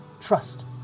trust